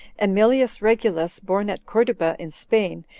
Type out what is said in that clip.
emilius regulus, born at corduba in spain,